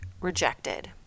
rejected